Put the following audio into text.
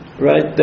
right